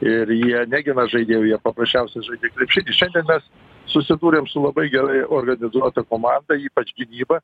ir jie negina žaidėjų jie paprasčiausia žaidė krepšinį šiandien mes susidūrėm su labai gerai organizuota komanda ypač gynyba